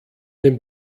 den